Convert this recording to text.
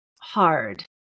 hard